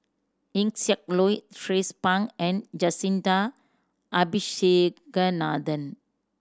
Eng Siak Loy Tracie Pang and Jacintha Abisheganaden